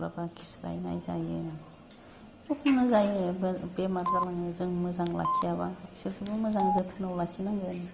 माब्लाबा खिस्रायनाय जायो जखन जायो बेमार जालाङो जों मोजां लाखियाबा इसोरखोबो मोजां जोथोनाव लाखिनांगोन